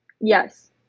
Yes